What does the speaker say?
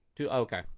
okay